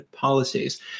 policies